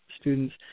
students